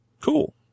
cool